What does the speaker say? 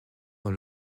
dans